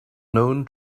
known